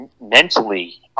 mentally –